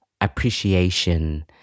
appreciation